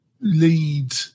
lead